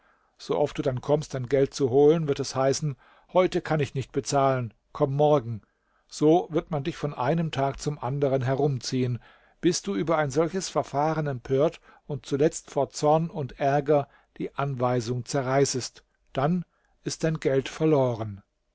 so oft du dann kommst dein geld zu holen wird es heißen heute kann ich nicht bezahlen komm morgen so wird man dich von einem tag zum anderen herumziehen bis du über ein solches verfahren empört und zuletzt vor zorn und ärger die anweisung zerreißest dann ist dein geld verloren